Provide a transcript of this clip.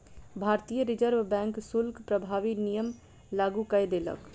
भारतीय reserve bank शुल्क प्रभावी नियम लागू कय देलक